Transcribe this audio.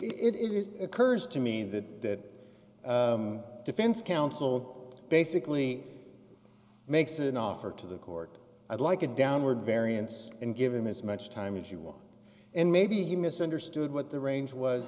it is occurs to me that that defense counsel basically makes an offer to the court i'd like a downward variance and give him as much time as you want and maybe he misunderstood what the range was